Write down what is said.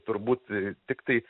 turbūt tiktai